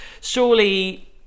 Surely